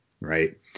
right